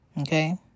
Okay